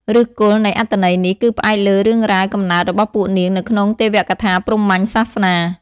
ឫសគល់នៃអត្ថន័យនេះ គឺផ្អែកលើរឿងរ៉ាវកំណើតរបស់ពួកនាងនៅក្នុងទេវកថាព្រហ្មញ្ញសាសនា។